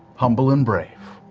humble and brave,